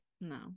No